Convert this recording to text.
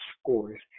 scores